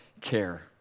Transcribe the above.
care